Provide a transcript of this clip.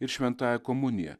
ir šventąja komunija